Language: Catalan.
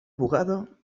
bugada